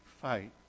fight